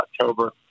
October